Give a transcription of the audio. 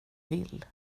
vill